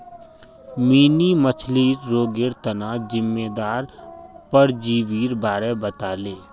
mini मछ्लीर रोगेर तना जिम्मेदार परजीवीर बारे बताले